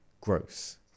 gross